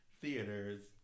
theaters